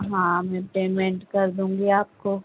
ہاں میں پیمنٹ کر دوں گی آپ کو